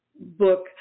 book